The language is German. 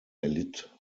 erlitt